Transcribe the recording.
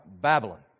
Babylon